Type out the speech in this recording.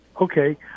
Okay